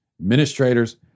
administrators